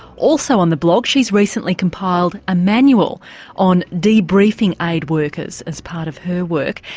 also on the blog she's recently compiled a manual on debriefing aid workers as part of her work.